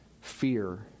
fear